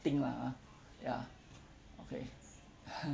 I think lah ah ya okay